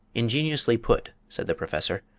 ingeniously put, said the professor.